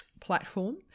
platform